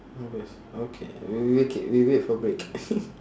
always okay we K we wait for break